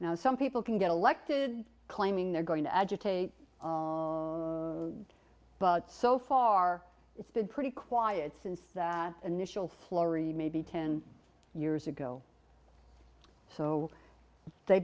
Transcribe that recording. front now some people can get elected claiming they're going to agitate but so far it's been pretty quiet since that initial florrie maybe ten years ago so they